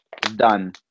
done